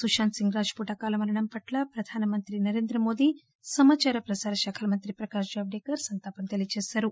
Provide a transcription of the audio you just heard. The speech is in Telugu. సుకాంత్ సింగ్ రాజ్ పుత్ అకాల మరణం పట్ల ప్రధాన మంత్రి నరేంద్ర మోదీ సమాచార ప్రసార శాఖ మంత్రి ప్రకాశ్ జవడేకర్ కూడా తీవ్ర సంతాపం తెలియచేశారు